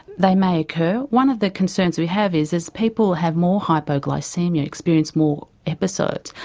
they may occur. one of the concerns we have is as people have more hypoglycaemia, experience more episodes,